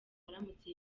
aramutse